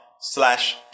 slash